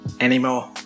anymore